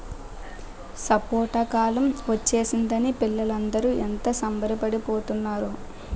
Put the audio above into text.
సపోటా కాలం ఒచ్చేసిందని పిల్లలందరూ ఎంత సంబరపడి పోతున్నారో